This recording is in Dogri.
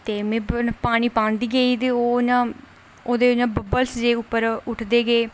ते में पानी पांदी गेई ते ओह् ना ते ओह्दे बब्बलस् जन उप्पर उठदे गे